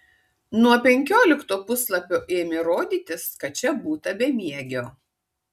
nuo penkiolikto puslapio ėmė rodytis kad čia būta bemiegio